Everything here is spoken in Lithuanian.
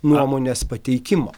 nuomonės pateikimo